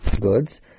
goods